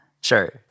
Sure